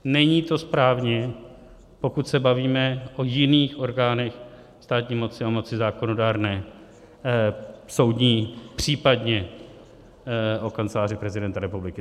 Není to správně, pokud se bavíme o jiných orgánech státní moci a moci zákonodárné, soudní, případně o Kanceláři prezidenta republiky.